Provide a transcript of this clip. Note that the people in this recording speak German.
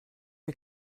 wir